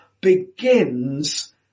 begins